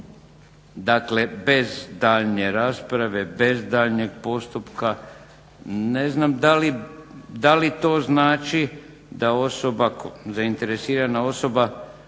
Dakle, bez daljnje rasprave, bez daljnjeg postupka. Ne znam da li to znači da osoba, zainteresirana osoba